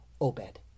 Obed